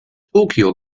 tokio